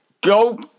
go